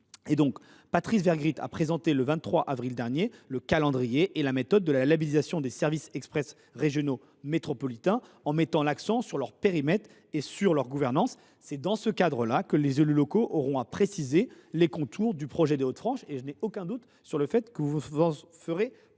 évolue. Patrice Vergriete a présenté, le 23 avril dernier, le calendrier et la méthode de labellisation des services express régionaux métropolitains (Serm), en mettant l’accent sur leur périmètre et leur gouvernance. C’est dans ce cadre que les élus locaux auront à préciser les contours du projet des Hauts de France. Je n’ai aucun doute sur le fait que vous y serez